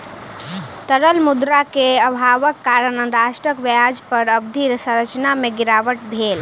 तरल मुद्रा के अभावक कारण राष्ट्रक ब्याज दर अवधि संरचना में गिरावट भेल